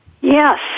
Yes